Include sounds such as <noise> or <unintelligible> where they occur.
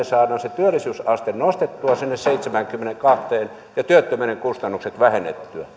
<unintelligible> saamme työllisyysasteen nostettua sinne seitsemäänkymmeneenkahteen ja työttömyyden kustannukset vähennettyä <unintelligible>